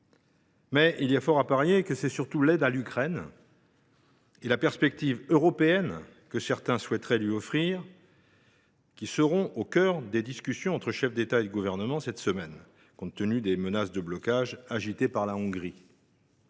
Il y a fort à parier que l’aide à l’Ukraine et la perspective européenne que certains souhaiteraient lui offrir seront surtout au cœur des discussions entre chefs d’État et de gouvernement cette semaine, compte tenu des menaces de blocage agitées par la Hongrie.